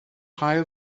haul